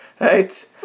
Right